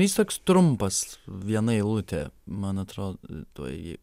jis toks trumpas viena eilutė man atrodo tuoj